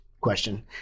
Question